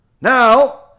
Now